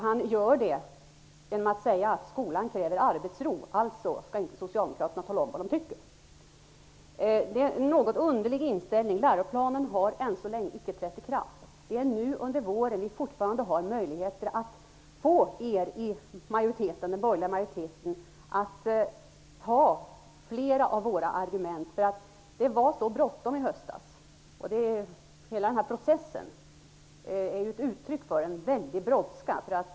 Han gör det genom att säga att skolan kräver arbetsro. Följaktligen skall socialdemokraterna inte tala om vad de tycker. Det är en något underlig inställning. Läroplanen har ännu icke trätt i kraft. Det är nu under våren som vi fortfarande har möjligheter att få er i den borgerliga majoriteten att anta flera av våra argument. Det var så bråttom i höstas. Hela processen är ett uttryck för en väldig brådska.